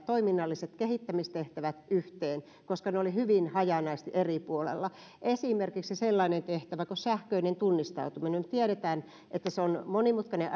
toiminnalliset kehittämistehtävät yhteen koska ne olivat hyvin hajanaisesti eri puolilla tiedetään että esimerkiksi sellainen tehtävä kuin sähköinen tunnistautuminen on monimutkainen